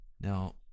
Now